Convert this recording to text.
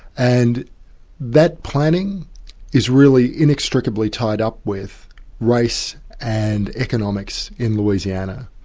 and that planning is really inextricably tied up with race and economics in louisiana.